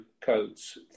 codes